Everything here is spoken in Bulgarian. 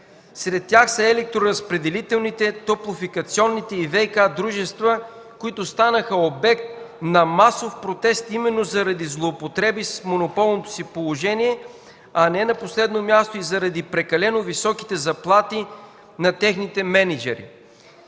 Сред тях са електроразпределителните, топлофикационните и ВиК дружества, които станаха обект на масов протест, именно заради злоупотреби с монополното си положение. Не на последно място – заради прекалено високите заплати на техните мениджъри.